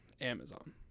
Amazon